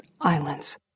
islands